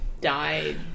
Died